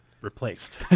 replaced